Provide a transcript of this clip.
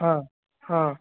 ହଁ ହଁ